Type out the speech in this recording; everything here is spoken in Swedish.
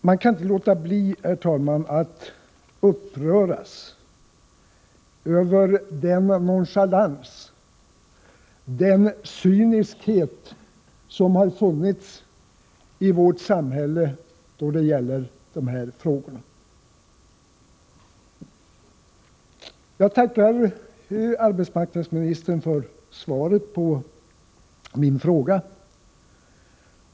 Man kan inte låta bli, herr talman, att uppröras över den nonchalans, den cynism som har funnits i vårt samhälle då det gäller de här frågorna. Jag tackar arbetsmarknadsministern för svaret på min fråga.